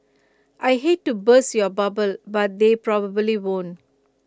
I hate to burst your bubble but they probably won't